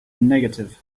negative